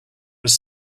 was